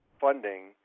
funding